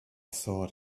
sword